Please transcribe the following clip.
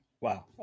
Wow